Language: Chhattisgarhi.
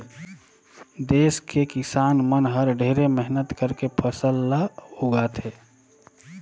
देस के किसान मन हर ढेरे मेहनत करके फसल ल उगाथे